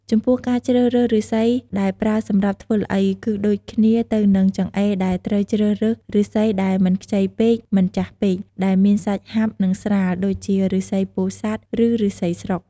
ចំពោះការជ្រើសរើសឫស្សីដែលប្រើសម្រាប់ធ្វើល្អី គឺដូចគ្នាទៅនឹងចង្អេរដែរ ត្រូវជ្រើសរើសឫស្សីដែលមិនខ្ចីពេក មិនចាស់ពេក ដែលមានសាច់ហាប់ និងស្រាល ដូចជា ឫស្សីពោធិ៍សាត់ ឬ ឫស្សីស្រុក។